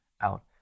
out